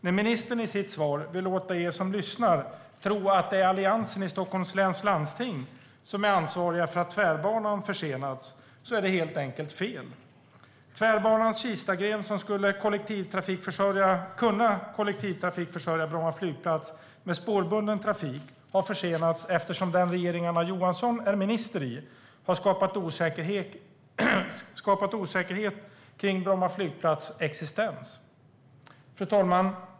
När ministern i sitt svar vill låta er som lyssnar tro att det är Alliansen i Stockholms läns landsting som är ansvariga för att Tvärbanan försenats är det helt enkelt fel. Tvärbanans Kistagren, som skulle kunna kollektivtrafikförsörja Bromma flygplats med spårbunden trafik, har försenats eftersom den regering som Anna Johansson är minister i har skapat osäkerhet kring Bromma flygplats existens. Fru talman!